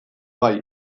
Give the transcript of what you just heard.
bai